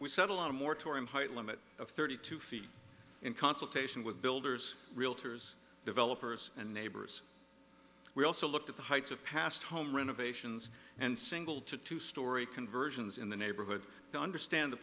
we settle on a moratorium height limit of thirty two feet in consultation with builders realtors developers and neighbors we also looked at the heights of past home renovations and single to two story conversions in the neighborhood to understand the